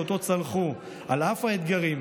שאותו צלחו על אף האתגרים,